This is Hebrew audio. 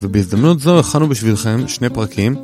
ובהזדמנות זו הכנו בשבילכם שני פרקים